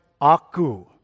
Aku